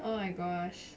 oh my gosh